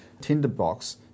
tinderbox